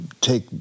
take